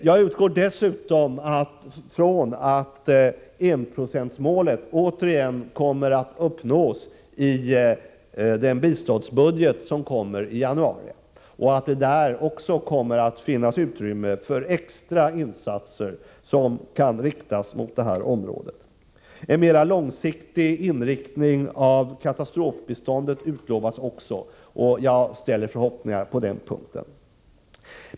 Jag utgår dessutom från att enprocentsmålet återigen kommer att uppnås i den biståndsbudget som skall läggas fram i januari och att det där också kommer att finnas utrymme för extra insatser på det här området. En mera långsiktig inriktning av katastrofbiståndet utlovades också, och jag ställer förhoppningar på den punkten.